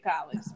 college